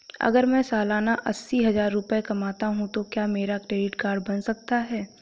अगर मैं सालाना अस्सी हज़ार रुपये कमाता हूं तो क्या मेरा क्रेडिट कार्ड बन सकता है?